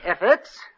efforts